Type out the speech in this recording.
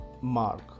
mark